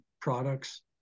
products